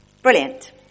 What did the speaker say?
Brilliant